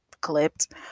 clipped